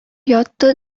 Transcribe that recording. ятты